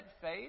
faith